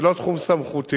זה לא תחום סמכותי.